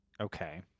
okay